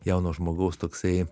jauno žmogaus toksai